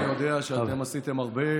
קרעי, אני יודע שאתם עשיתם הרבה: